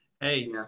hey